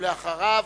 ואחריה,